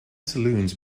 saloons